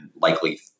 likely